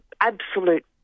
absolute